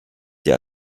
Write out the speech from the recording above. der